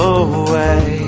away